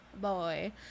boy